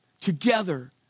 Together